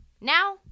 Now